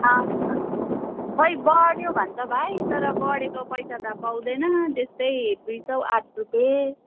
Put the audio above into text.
अँ खोई बढ्यो भन्छ भाइ तर बढेको पैसा त पाउँदैन त्यस्तै दुई सौ आठ रुपियाँ